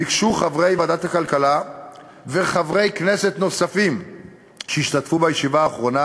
ביקשו חברי ועדת הכלכלה וחברי כנסת נוספים שהשתתפו בישיבה האחרונה,